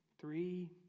three